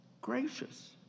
gracious